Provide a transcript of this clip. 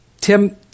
Tim